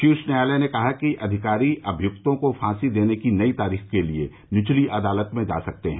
शीर्ष न्यायालय ने कहा है कि अधिकारी अभियक्तों को फांसी देने की नई तारीख के लिए निचली अदालत में जा सकते हैं